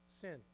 sin